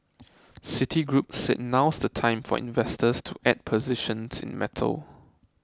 citigroup said now's the time for investors to add positions in metals